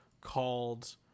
called